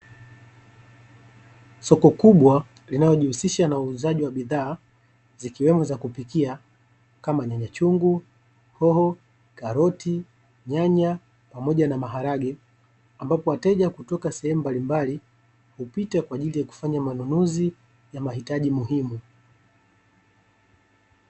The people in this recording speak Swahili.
Soko kubwa linaojihusisha na uuzaji wa bidhaa zikiwemo za kupikia kama; nyanyachungu, hoho, karoti, nyanya, pamoja na maharage. Ambapo wateja kutoka sehemu mbalimbali hupita na ajili ya kufanya ya manunuzi ya mahitaji muhimu.